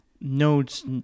Nodes